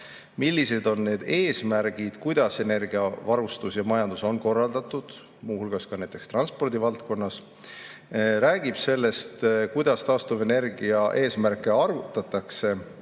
millised on eesmärgid, kuidas energiavarustus ja -majandus on korraldatud, muu hulgas ka näiteks transpordi valdkonnas. Eelnõu räägib sellest, kuidas taastuvenergia eesmärke arvutatakse,